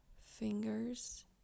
fingers